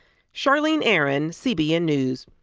charlene aaron, cbn news.